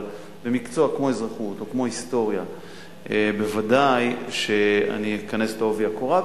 אבל במקצוע כמו אזרחות או כמו היסטוריה ודאי שאני אכנס בעובי הקורה,